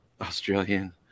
Australian